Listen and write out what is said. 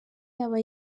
aba